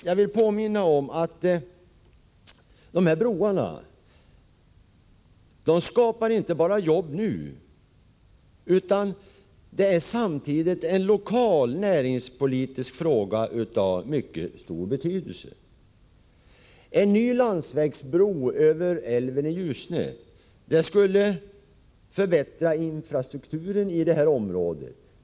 Jag vill emellertid påminna om att ett byggande av de här broarna inte bara skapar arbeten nu — detta är samtidigt en lokal näringspolitisk fråga av mycket stor betydelse. En ny landsvägsbro över älven i Ljusne skulle förbättra infrastrukturen i det här området.